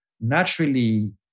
naturally